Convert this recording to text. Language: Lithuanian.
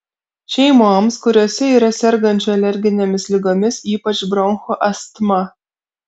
šeimoms kuriose yra sergančių alerginėmis ligomis ypač bronchų astma